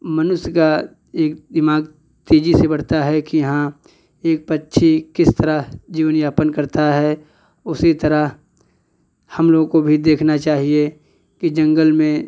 मनुष्य का एक दिमाग़ तेज़ी से बढ़ता है कि हाँ एक पक्षी किस तरह जीवन यापन करता है उसी तरह हम लोगों को भी देखना चाहिए कि जंगल में